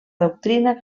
doctrina